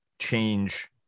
change